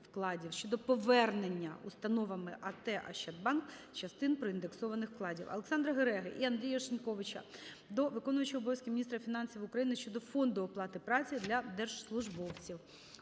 щодо повернення установами АТ "Ощадбанк" частин проіндексованих вкладів Олександра Гереги та Андрія Шиньковича до виконувача обов'язків міністра фінансів України щодо фонду оплати праці для держслужбовців.